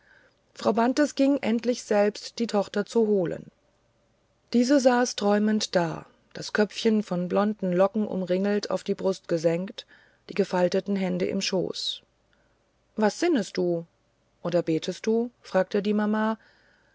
frau bantes ging endlich selbst die tochter zu holen diese saß träumend da das köpfchen von blonden locken umringelt auf die brust gesenkt die gefalteten hände im schoß was sinnest du oder betest du fragte die mama